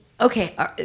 Okay